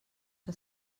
que